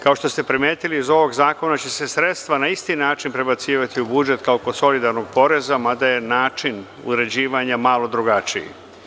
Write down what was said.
Kao što ste primetili iz ovog zakona će se sredstva na isti način prebacivati u budžet kao kod solidarnog poreza, mada je način uređivanja malo drugačiji.